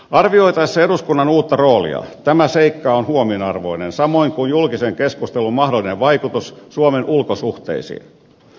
arvioitaessa eduskunnan uutta roolia tämä seikka on huomionarvoinen samoin kuin julkisen keskustelun mahdollinen vaikutus suomen ulkosuhteisiin